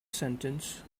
sentence